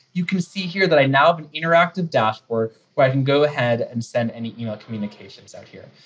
you can see here that i now have an interactive dashboard where i can go ahead and send any e-mail you know communications out here.